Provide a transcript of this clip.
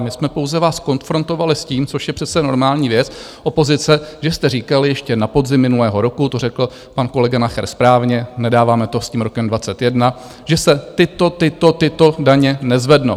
My jsme pouze vás konfrontovali s tím, což je přece normální věc opozice, že jste říkali, ještě na podzim minulého roku to řekl pan kolega Nacher správně, nedáváme to s tím rokem 21, že se tyto, tyto, tyto daně nezvednou.